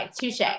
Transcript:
touche